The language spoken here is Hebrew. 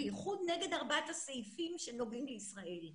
במיוחד נגד ארבעת הסעיפים שנוגעים לישראל.